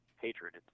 hatred